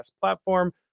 platform